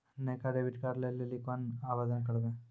नयका डेबिट कार्डो लै लेली केना के आवेदन करबै?